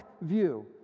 view